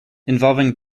involving